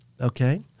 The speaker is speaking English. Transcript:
Okay